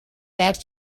back